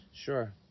Sure